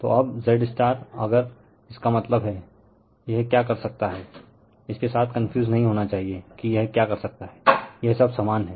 तो अब Zअगर इसका मतलब हैं यह क्या कर सकता हैं इस के साथ कंफ्यूज नही होना चाहिए कि यह क्या कर सकता हैं यह सब समान हैं